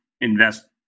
invest